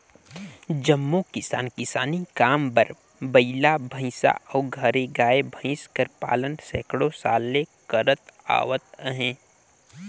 जम्मो किसान किसानी काम बर बइला, भंइसा अउ घरे गाय, भंइस कर पालन सैकड़ों साल ले करत आवत अहें